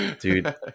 Dude